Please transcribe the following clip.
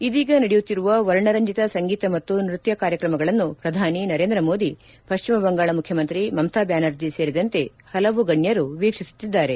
ಇದೀಗ ನಡೆಯುತ್ತಿರುವ ವರ್ಣರಂಜಿತ ಸಂಗೀತ ಮತ್ತು ನೃತ್ಯ ಕಾರ್ಯಕ್ರಮಗಳನ್ನು ಪ್ರಧಾನಿ ನರೇಂದ್ರ ಮೋದಿ ಪಶ್ಚಿಮ ಬಂಗಾಳ ಮುಖ್ಲಮಂತ್ರಿ ಮಮತಾ ಬ್ಲಾನರ್ಜಿ ಸೇರಿದಂತೆ ಹಲವು ಗಣ್ಲರು ವೀಕ್ಷಿಸುತ್ತಿದ್ದಾರೆ